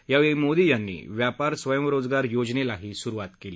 यावेळी मोदी यांनी व्यापार स्वयंरोजगार योजनेलाही सुरुवात केली